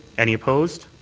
any opposed?